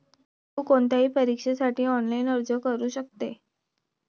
तु कोणत्याही परीक्षेसाठी ऑनलाइन अर्ज करू शकते